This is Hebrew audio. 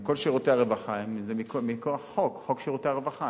כל שירותי הרווחה הם מכוח חוק, חוק שירותי הרווחה.